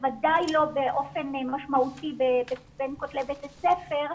בוודאי לא באופן משמעותי בין כתלי בית הספר.